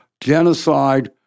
Genocide